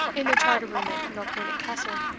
in the charter-room at knockwinnock castle.